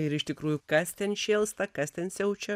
ir iš tikrųjų kas ten šėlsta kas ten siaučia